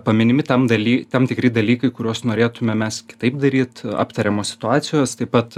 paminimi tam dalį tam tikri dalykai kuriuos norėtumėme mes kitaip daryt aptariamos situacijos taip pat